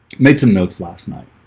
made some notes last night